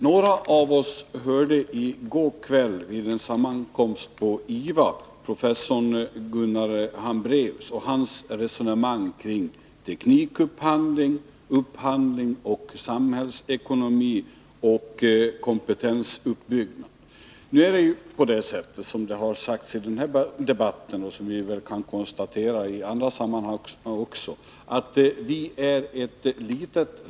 Några av oss hörde i går kväll vid en sammankomst på IVA professor Gunnar Hambraeus resonera kring betydelsen av teknikupphandling, upphandling och samhällsekonomi samt kompetensuppbyggnad. Som det har sagts i den här debatten är Sverige ett litet land.